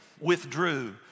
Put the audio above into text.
withdrew